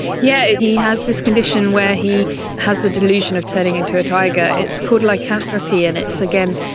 yeah, he has this condition where he has the delusion of turning into a tiger. it's called lycanthropy, and it's, again,